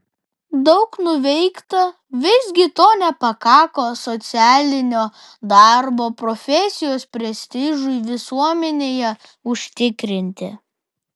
daug nuveikta visgi to nepakako socialinio darbo profesijos prestižui visuomenėje užtikrinti